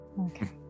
Okay